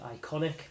Iconic